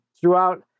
throughout